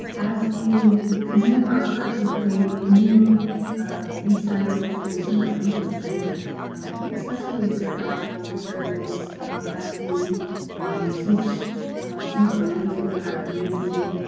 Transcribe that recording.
as we continue our work, we create new materials in tunica language and especially pedagogical materials as we teach tunica language within our community.